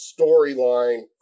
storyline